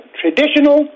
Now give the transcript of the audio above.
traditional